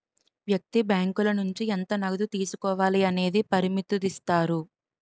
వ్యక్తి బ్యాంకుల నుంచి ఎంత నగదు తీసుకోవాలి అనేది పరిమితుదిస్తారు